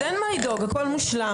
אז אין מה לדאוג; הכל מושלם.